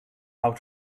how